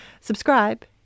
subscribe